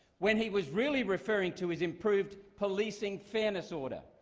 when he was really referring to his improved policing fairness order.